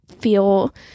feel